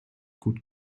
gut